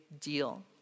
deal